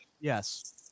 yes